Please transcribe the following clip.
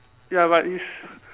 ya but it's